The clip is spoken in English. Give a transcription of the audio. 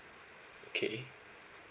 okay